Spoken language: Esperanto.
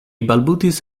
balbutis